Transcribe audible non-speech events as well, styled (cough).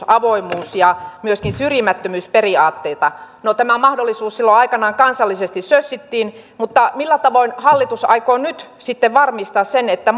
(unintelligible) avoimuus ja myöskin syrjimättömyysperiaatetta no tämä mahdollisuus silloin aikoinaan kansallisesti sössittiin mutta millä tavoin hallitus aikoo nyt sitten varmistaa sen että (unintelligible)